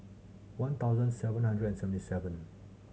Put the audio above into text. one thousand seven hundred and seventy seven